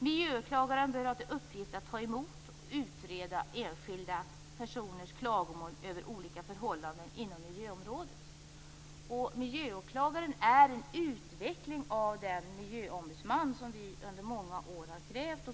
Miljöåklagaren bör ha i uppgift att ta emot och utreda enskilda personers klagomål över olika förhållanden inom miljöområdet. Miljöåklagaren är en utveckling av den miljöombudsman som vi i många år har krävt.